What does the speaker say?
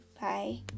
bye